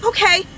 Okay